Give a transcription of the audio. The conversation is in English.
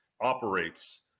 operates